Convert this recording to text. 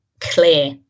clear